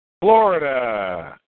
Florida